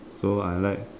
so I like